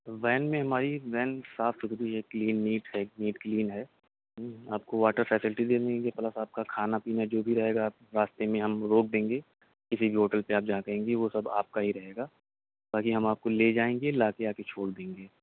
when میم ہماری van صاف ستھری ہے کلین نیٹ ہے نیٹ کلین ہے آپ کو واٹر فیسلٹی دینی پلس آپ کا کھانا پینا جو بھی رہے گا آپ راستے میں ہم روک دیں گے کسی بھی ہوٹل پہ آپ جہاں کہیں گی وہ سب آپ کا ہی رہے گا باقی ہم آپ کو لے جائیں گے لا کے آ کے چھوڑ دیں گے